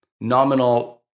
nominal